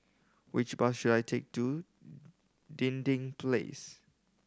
which bus should I take to Dinding Place